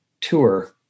tour